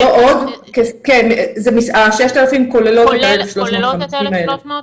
ה-6,000 כוללות את ה-1,300.